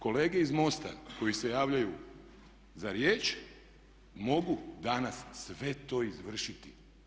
Kolege iz MOST-a koji se javljaju za riječ mogu danas sve to izvršiti.